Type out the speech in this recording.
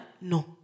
no